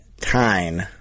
time